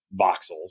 voxels